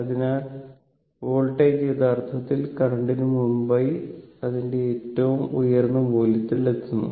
അതിനാൽ വോൾട്ടേജ് യഥാർത്ഥത്തിൽ കറന്റിന് മുമ്പായി അതിന്റെ ഏറ്റവും ഉയർന്ന മൂല്യത്തിൽ എത്തുന്നു